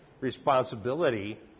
responsibility